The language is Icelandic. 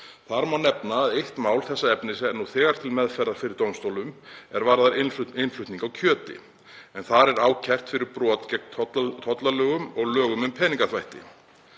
Þar má nefna eitt mál þessa efnis sem er nú þegar til meðferðar fyrir dómstólum og varðar innflutning á kjöti. Þar er ákært fyrir brot gegn tollalögum og lögum um peningaþvætti.